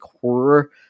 horror